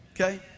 Okay